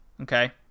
okay